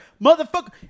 motherfucker